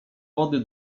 wody